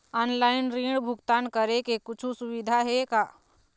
Online ऋण भुगतान करे के कुछू सुविधा हे का?